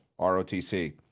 ROTC